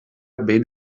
ben